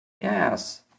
Yes